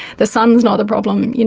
the son is not the problem, you know